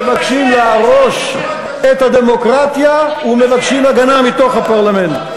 שמבקשים להרוס את הדמוקרטיה ומבקשים הגנה מתוך הפרלמנט.